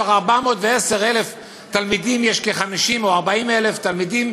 מתוך 410,000 תלמידים יש כ-50,000 או 40,000 תלמידים